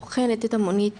בוחנת את המונית